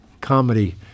comedy